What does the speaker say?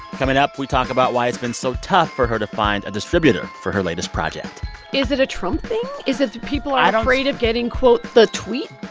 coming up, we talk about why it's been so tough for her to find a distributor for her latest project is it a trump thing? is it that people are afraid of getting, quote, the tweet?